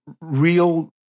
real